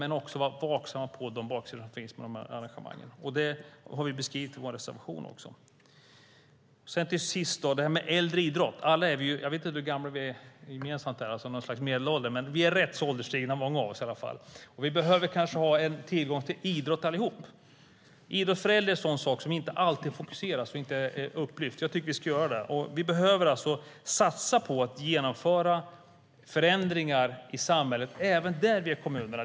Detta har vi beskrivit i vår reservation. Till sist handlar det om äldre och idrott. Jag vet inte vad något slags medelålder på oss som är här skulle bli, men många av oss är rätt åldersstigna. Idrott för äldre är en sak som det inte alltid fokuseras på och som inte lyfts fram, men jag tycker att vi ska göra det. Även där handlar det om kommunerna.